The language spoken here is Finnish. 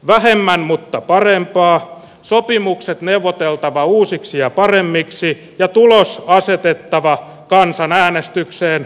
vähemmän mutta parempaa sopimukset neuvoteltava uusiksi ja paremmiksi ja tulos asetettava kansanäänestykseen